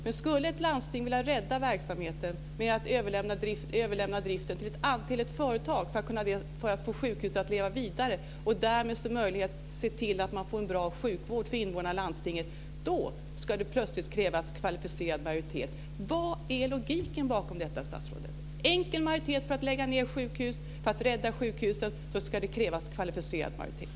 Men skulle ett landsting vilja rädda verksamheten genom att överlämna driften till ett företag, för att få sjukhuset att leva vidare och därmed se till att man får en bra sjukvård för invånarna i landstinget, ska det plötsligt krävas kvalificerad majoritet. Var finns logiken bakom detta, statsrådet? Det krävs enkel majoritet för att lägga ned sjukhus, men för att rädda sjukhuset ska det krävas kvalificerad majoritet.